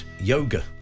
yoga